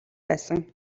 байсан